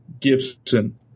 Gibson